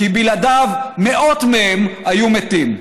כי בלעדיו מאות מהם היו מתים.